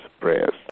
prayers